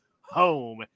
home